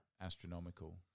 astronomical